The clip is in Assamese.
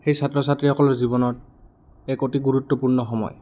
সেই ছাত্ৰ ছাত্ৰীসকলৰ জীৱনত এক অতি গুৰুত্বপূৰ্ণ সময়